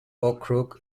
okrug